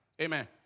Amen